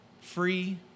Free